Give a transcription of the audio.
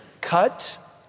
cut